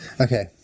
Okay